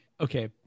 Okay